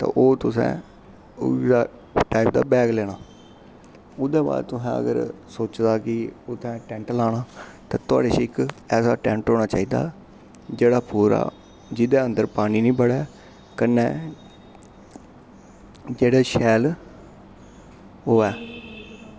ते ओह् तुसें इ'यै पैक्ट बैग लैने ओह्दे बाद तुहें अगर सोचे दा कि उत्थें टैंट लाना ते थुआढ़े कश इक ऐसा टैंट होना चाहिदा जेह्ड़ा पूरा जेह्दे अंदर पानी निं बड़ै कन्नै जेह्ड़े शैल होऐ